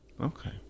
okay